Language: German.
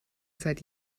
seit